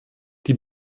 die